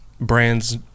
brands